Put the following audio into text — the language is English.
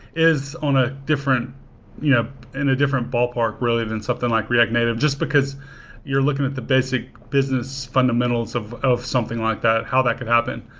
is on a different you know and different ballpark, really, than something like react native just because you're looking at the basic business fundamentals of of something like that, how that could happen.